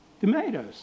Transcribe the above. Tomatoes